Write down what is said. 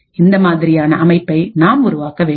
இந்த மாதிரியான அமைப்பை நாம் உருவாக்க வேண்டும்